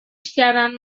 کردند